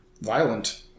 violent